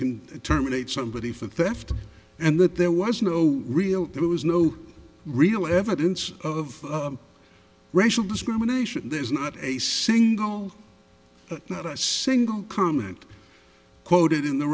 can terminate somebody for theft and that there was no real there was no real evidence of racial discrimination there's not a single not a single comment quoted in the